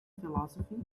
philosophy